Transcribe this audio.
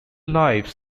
life